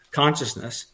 consciousness